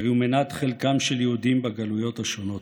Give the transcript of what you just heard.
שהיו מנת חלקם של יהודים בגלויות השונות.